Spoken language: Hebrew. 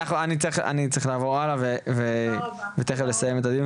אני צריך לעבור הלאה ותכף לסיים את הדיון,